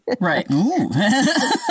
Right